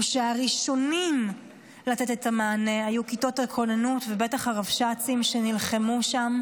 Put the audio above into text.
הוא שהראשונים לתת את המענה היו כיתות הכוננות ובטח הרבש"צים שנלחמו שם.